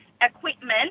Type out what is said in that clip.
equipment